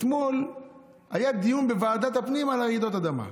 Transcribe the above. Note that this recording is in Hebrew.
אתמול היה דיון בוועדת הפנים על רעידות אדמה.